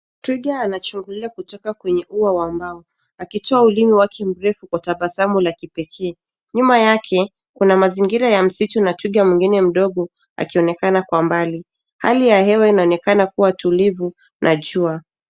Twiga anachungulia kutoka kwenye ua wa mbao akitoa ulimi wake mrefu kwa tabasamu la kipekee. Nyuma yake kuna mazingira ya msitu na twiga mwingine mdogo akionekana kwa mbali. Hali ya hewa inaonekana kuwa tulivu na jua.